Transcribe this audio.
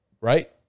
right